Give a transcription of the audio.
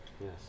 yes